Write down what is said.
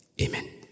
Amen